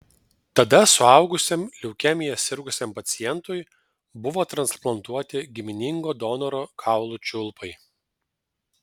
tada suaugusiam leukemija sirgusiam pacientui buvo transplantuoti giminingo donoro kaulų čiulpai